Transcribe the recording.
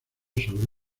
sobre